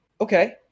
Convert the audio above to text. Okay